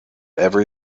every